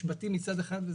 יש בתים מצד אחד.